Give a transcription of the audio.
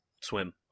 swim